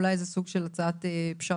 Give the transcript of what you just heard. אולי זה סוג של הצעת פשרה,